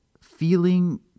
feeling